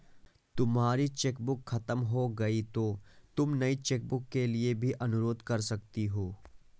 तुम्हारी चेकबुक खत्म हो गई तो तुम नई चेकबुक के लिए भी अनुरोध कर सकती हो